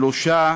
שלושה